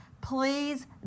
Please